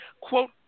quote